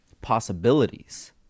possibilities